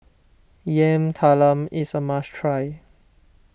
Yam Talam is a must try